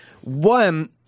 one